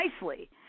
nicely